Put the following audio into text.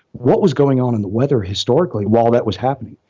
what was going on in the weather historically while that was happening?